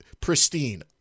pristine